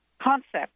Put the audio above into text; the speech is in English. concept